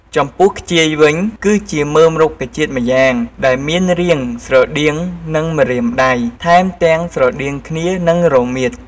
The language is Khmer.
ចំពោះខ្ជាយវិញ គឺជាមើមរុក្ខជាតិម្យ៉ាងដែលមានរាងស្រដៀងនឹងម្រាមដៃ ថែមទាំងស្រដៀងគ្នានឹងរមៀត។